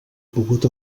pogut